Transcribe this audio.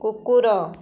କୁକୁର